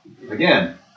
Again